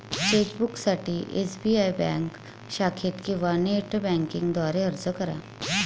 चेकबुकसाठी SBI bank शाखेत किंवा नेट बँकिंग द्वारे अर्ज करा